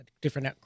different